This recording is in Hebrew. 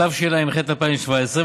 התשע"ח 2017,